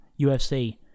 UFC